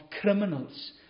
criminals